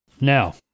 Now